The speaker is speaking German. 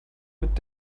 mit